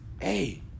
Hey